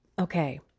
okay